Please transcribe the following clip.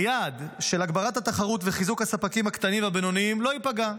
היעד של הגברת התחרות וחיזוק הספקים הקטנים והבינוניים לא ייפגע.